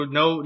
no